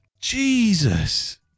Jesus